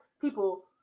People